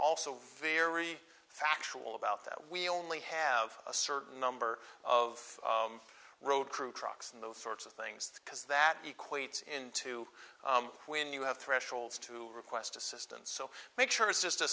also very factual about that we only have a certain number of road crew trucks and those sorts of things because that equates into when you have thresholds to request assistance so make sure it's just a